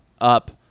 up